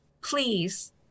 please